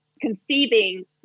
conceiving